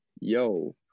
yo